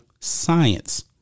Science